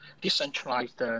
decentralized